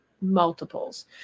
multiples